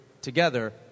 together